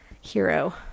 hero